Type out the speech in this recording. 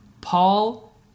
Paul